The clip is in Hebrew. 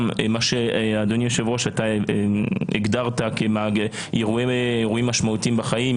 אתה הגדרת את זה כאירועים משמעותיים בחיים,